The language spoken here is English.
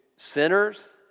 Sinners